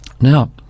Now